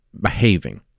behaving